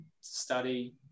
study